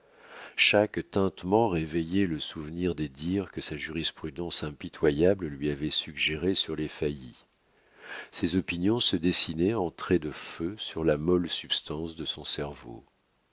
chaque tintement réveillait le souvenir des dires que sa jurisprudence impitoyable lui avait suggérés sur les faillis ses opinions se dessinaient en traits de feu sur la molle substance de son cerveau